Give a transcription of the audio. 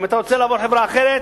אם אתה רוצה לעבור לחברה אחרת